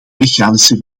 mechanische